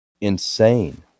insane